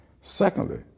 Secondly